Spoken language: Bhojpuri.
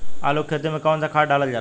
आलू के खेती में कवन सा खाद डालल जाला?